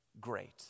great